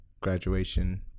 graduation